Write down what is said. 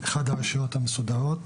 אפשר לעבור.